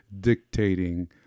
dictating